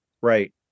right